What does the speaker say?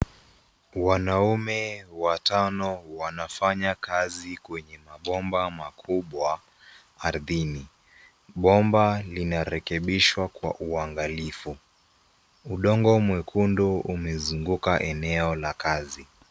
Wanaume watano wanafanya kazi kwenye mabomba makubwa ardhini. Bomba linarekebishwa kwa uangalifu. Udongo mwekundu umezunguka eneo la kazi.